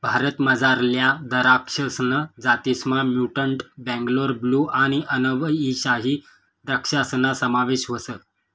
भारतमझारल्या दराक्षसना जातीसमा म्युटंट बेंगलोर ब्लू आणि अनब ई शाही द्रक्षासना समावेश व्हस